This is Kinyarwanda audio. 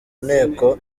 nteko